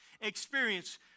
experience